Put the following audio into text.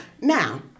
Now